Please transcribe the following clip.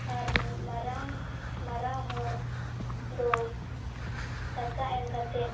ᱟᱨ ᱢᱟᱨᱟᱝ ᱢᱟᱨᱟᱝ ᱦᱚᱲ ᱫᱚ ᱴᱟᱠᱟ ᱮᱢ ᱠᱟᱛᱮᱫ